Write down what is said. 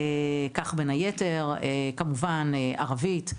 כך בין היתר כמובן ערבית,